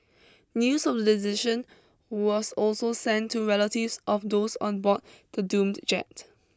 news of the decision was also sent to relatives of those on board to doomed jet